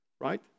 right